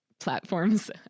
platforms